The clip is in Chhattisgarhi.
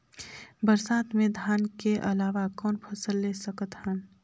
बरसात मे धान के अलावा कौन फसल ले सकत हन?